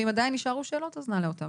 ואם עדיין יישארו שאלות, אז נעלה אותם.